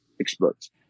experts